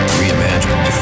reimagined